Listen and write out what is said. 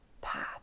path